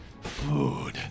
food